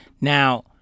Now